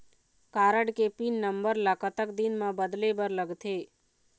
Card के pin number ला कतक दिन म बदले बर लगथे?